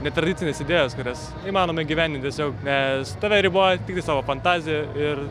netradicinės idėjos kurias įmanoma įgyvendint tiesiog nes tave riboja tiktais tavo fantazija ir